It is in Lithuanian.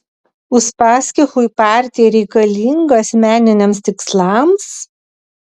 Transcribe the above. uspaskichui partija reikalinga asmeniniams tikslams